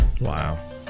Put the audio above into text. Wow